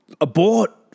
abort